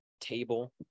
table